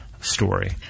story